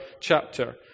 chapter